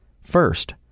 First